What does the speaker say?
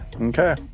Okay